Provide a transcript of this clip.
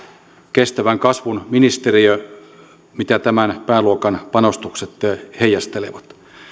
kestävän kasvun ministeriö mitä tämän pääluokan panostukset heijastelevat